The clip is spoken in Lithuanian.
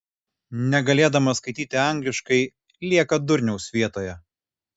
negalėdamas skaityti angliškai lieka durniaus vietoje